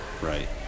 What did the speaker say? Right